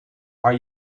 are